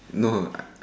no